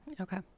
Okay